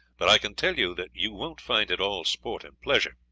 but i can tell you that you won't find it all sport and pleasure.